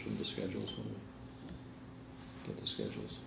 from the schedules schedules